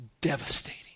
devastating